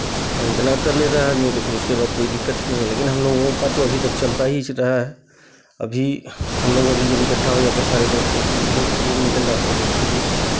इतना कर लेता है आदमी तो फिर उसके बाद कोई दिक्कत ही नहीं लेकिन हम लोगों का तो अभी तक चलता ही इसी तरह है अभी हम लोग जब इकट्ठा हो जाते हैं सारे दोस्तों हम लोग सब निकल जाते हैं योग के लिए